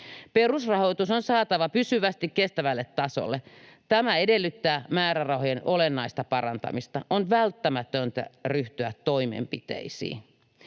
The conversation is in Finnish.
Perusrahoitus on saatava pysyvästi kestävälle tasolle. Tämä edellyttää määrärahojen olennaista parantamista. On välttämätöntä ryhtyä toimenpiteisiin.